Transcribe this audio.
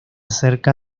cerca